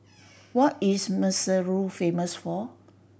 what is Maseru famous for